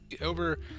over